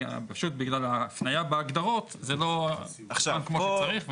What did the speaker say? פשוט בגלל ההפניה בהגדרות, זה לא נכתב כמו שצריך.